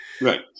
Right